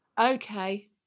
okay